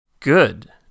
Good